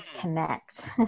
connect